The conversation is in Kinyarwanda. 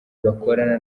bakorana